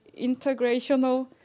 integrational